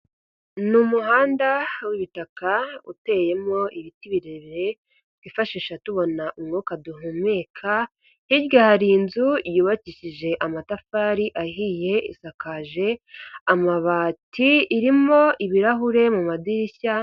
Ni umuhanda w'ibitaka uteyemo ibiti birebire, twifashisha tubona umwuka duhumeka, hirya hari inzu yubakishije amatafari ahiye isakaje amabati, irimo ibirahure mumadirishya.